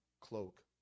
cloak